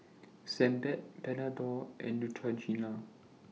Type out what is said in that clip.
Sebamed Panadol and Neutrogena